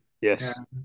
yes